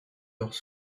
leurs